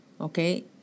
Okay